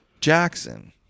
Jackson